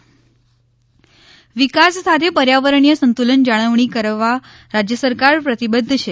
વૃક્ષ ઉછેર વિકાસ સાથે પર્યાવરણીય સંતુલન જાળવણી કરવા રાજ્ય સરકાર પ્રતિબદ્ધ છે